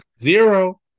Zero